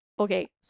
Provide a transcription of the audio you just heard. Okay